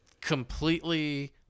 Completely